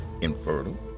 infertile